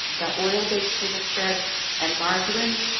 the oil-based table spreads and margarines,